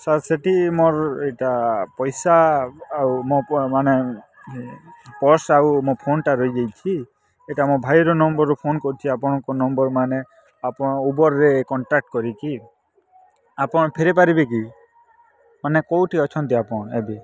sir ସେଠି ମୋର୍ ଇଟା ପଇସା ଆଉ ମୋ ମାନେ ପର୍ସ୍ ଆଉ ମୋ ଫୋନ୍ଟା ରହିଯାଇଛି ଇଟା ମୋର୍ ଭାଇର ନମ୍ବର୍ରୁ ଫୋନ୍ କରିଚି ଆପଣଙ୍କ ନମ୍ବର୍ ମାନେ ଆପଣଙ୍କ ଓବେର୍ରେ କଣ୍ଟାକ୍ଟ କରିକି ଆପଣ ଫେରେଇ ପାରିବେକି ମାନେ କୋଉଠି ଅଛନ୍ତି ଆପଣ ଏବେ